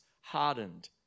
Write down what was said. hardened